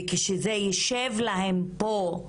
וכשזה ישב להם פה,